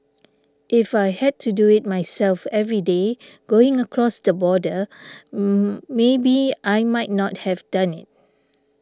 if I had to do it myself every day going across the border maybe I might not have done it